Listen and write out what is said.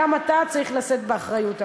גם אתה צריך לשאת באחריות עליו.